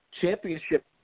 championship